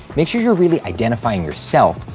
make sure you're really identifying yourself,